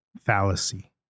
Fallacy